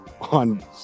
on